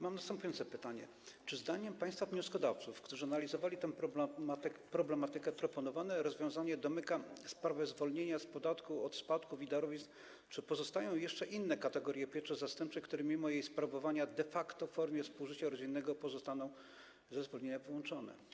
Mam następujące pytanie: Czy zdaniem państwa wnioskodawców, którzy analizowali tę problematykę, proponowane rozwiązanie domyka sprawę zwolnienia z podatku od spadków i darowizn, czy pozostają jeszcze inne kategorie pieczy zastępczej, które mimo jej sprawowania de facto w formie współżycia rodzinnego pozostaną ze zwolnienia wyłączone?